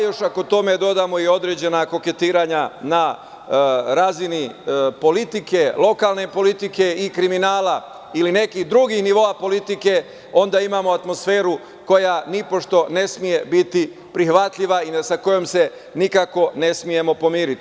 Još ako tome dodamo i određena koketiranja na razini politike, lokalne politike i kriminala ili nekih drugih nivoa politike, onda imamo atmosferu koja nipošto ne sme biti prihvatljiva i sa kojom se nikako ne smemo pomiriti.